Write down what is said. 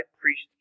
priest